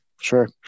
sure